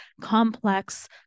complex